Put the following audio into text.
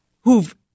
who've